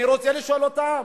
אני רוצה לשאול אותם: